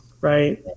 right